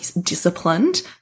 disciplined